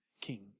king